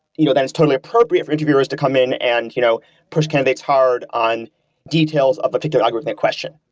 you know that is totally appropriate for interviewers to come in and you know push candidates hard on details of a particular algorithmic question.